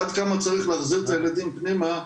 עד כמה צריך להחזיר את הילדים פנימה,